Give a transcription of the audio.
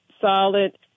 solid